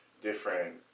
different